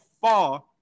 far